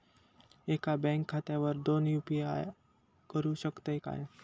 एका बँक खात्यावर दोन यू.पी.आय करुक शकतय काय?